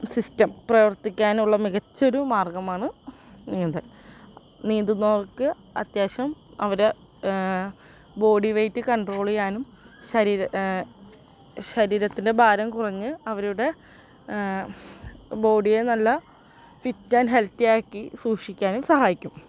system പ്രവർത്തിക്കാനുള്ള മികച്ചൊരു മാർഗ്ഗമാണ് നീന്തൽ നീന്തുന്നവർക്ക് അത്യാവശ്യം അവരെ ബോഡി വെയിറ്റ് കൺട്രോൾ ചെയ്യാനും ശരീര ശരീരത്തിൻ്റെ ഭാരം കുറഞ്ഞു അവരുടെ ബോഡിയെ നല്ല ഫിറ്റ് ഏൻറ്റ് ഹെൽത്തിയാക്കി സൂക്ഷിക്കാനും സഹായിക്കും